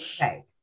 Right